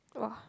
!wah!